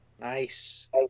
Nice